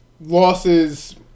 losses